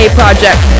project